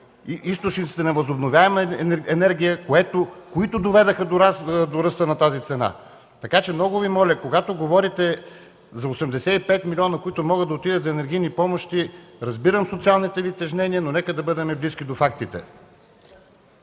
източниците на възобновяема енергия, които доведоха до ръста на тази цена. Така че много Ви моля, когато говорите за 85 милиона, които могат да отидат за енергийни помощи, разбирам социалните Ви тежнения, но нека бъдем близки до фактите.